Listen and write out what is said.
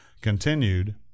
continued